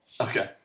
Okay